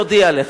נודיע לך.